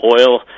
oil